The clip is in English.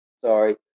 Sorry